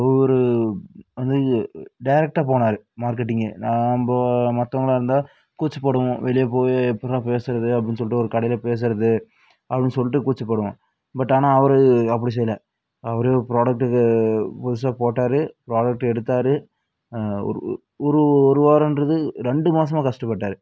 ஒவ்வொரு வந்து ஏ டேரெக்டாக போனால் மார்கெட்டிங்கு நாம்ப மற்றவங்களா இருந்தால் கூச்சப்படுவோம் வெளியே போய் எப்புட்றா பேசறது அப்படின்னு சொல்லிட்டு ஒரு கடையில் பேசறது அப்படின்னு சொல்லிட்டு கூச்சப்படுவோம் பட் ஆனால் அவரு அப்படி செய்யல அவரே ஒரு ப்ராடக்ட்டுக்கு புதுசாக போட்டார் ப்ராடக்ட்டு எடுத்தார் ஓரு ஓ ஒரு ஓரு வாரோன்றது ரெண்டு மாசமாக கஷ்டப்பட்டார்